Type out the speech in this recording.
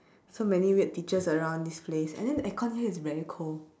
so many weird teachers around this place and then the aircon here is very cold